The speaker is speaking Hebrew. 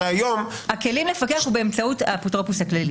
הכלים לפקח הם באמצעות האפוטרופוס הכללי.